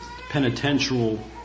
penitential